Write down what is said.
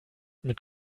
mit